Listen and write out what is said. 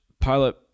pilot